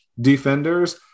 defenders